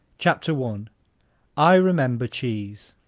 chapter one i remember cheese